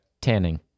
Tanning